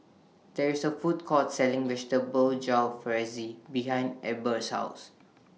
There IS A Food Court Selling Vegetable Jalfrezi behind Eber's House